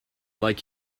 like